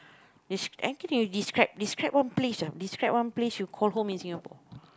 desc~ and can you describe describe one place ah describe one place you call home in Singapore